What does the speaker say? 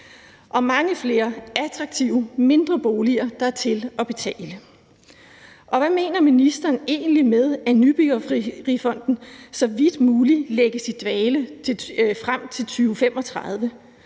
og mange flere attraktive mindre boliger, der er til at betale. Og hvad mener ministeren egentlig med, at Nybyggerifonden så vidt muligt lægges i dvale frem til 2035?